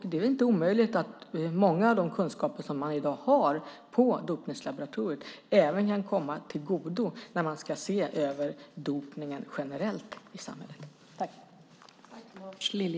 Det är inte omöjligt att många av de kunskaper som man i dag har på dopningslaboratoriet även kan komma till godo när man ska se över dopningen generellt i samhället.